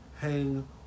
hang